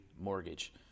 mortgage